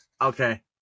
okay